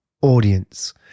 audience